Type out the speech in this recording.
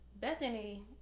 Bethany